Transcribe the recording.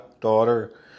daughter